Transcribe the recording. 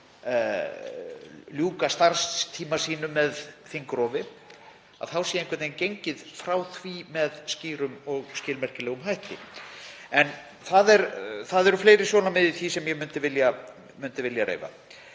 ljúka starfstíma sínum með þingrofi þá sé einhvern veginn gengið frá því með skýrum og skilmerkilegum hætti. En það eru fleiri sjónarmið í því sem ég myndi vilja reifa.